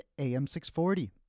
AM640